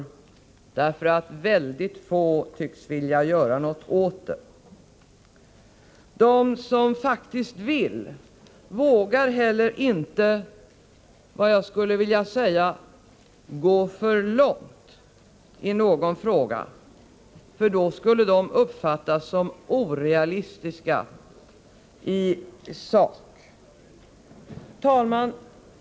Väldigt få tycks nämligen vilja göra någonting åt saken. De som faktiskt vill vågar heller inte, skulle jag vilja säga, gå för långt i någon fråga, för då skulle de uppfattas som orealistiska i sak. Herr talman!